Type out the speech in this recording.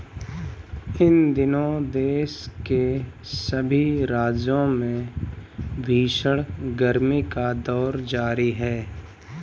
इन दिनों देश के सभी राज्यों में भीषण गर्मी का दौर जारी है